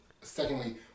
secondly